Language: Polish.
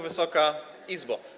Wysoka Izbo!